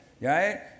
right